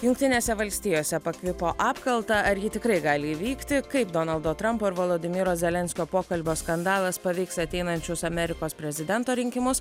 jungtinėse valstijose pakvipo apkalta ar ji tikrai gali įvykti kaip donaldo trampo ir volodymyro zelenskio pokalbio skandalas paveiks ateinančius amerikos prezidento rinkimus